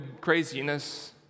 craziness